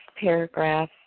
paragraph